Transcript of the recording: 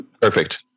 perfect